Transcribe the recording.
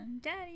daddy